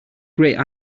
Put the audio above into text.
great